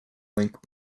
link